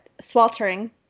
sweltering